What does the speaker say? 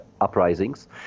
uprisings